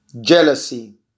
jealousy